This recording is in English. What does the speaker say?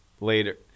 later